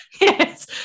yes